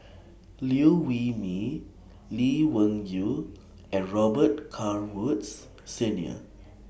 Liew Wee Mee Lee Wung Yew and Robet Carr Woods Senior